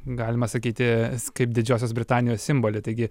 galima sakyti kaip didžiosios britanijos simbolį taigi